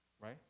right